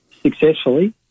successfully